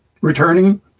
returning